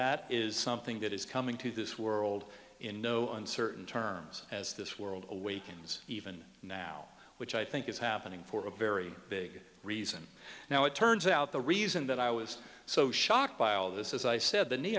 that is something that is coming to this world in no uncertain terms as this world awakens even now which i think is happening for a very big reason now it turns out the reason that i was so shocked by all this is i said the ne